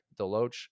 Deloach